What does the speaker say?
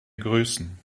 grüßen